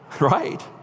right